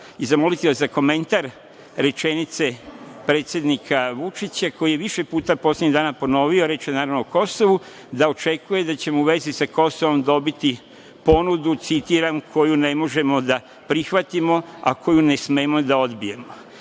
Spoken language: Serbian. i zamoliti vas za komentar rečenice predsednika Vučića, koji je više puta poslednjih dana ponovio, reč je o Kosovu, da očekuje da ćemo u vezi sa Kosovom dobiti ponudu, citiram - koju ne možemo da prihvatimo, a koju ne smemo da odbijemo?